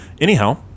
Anyhow